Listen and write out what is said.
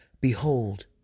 Behold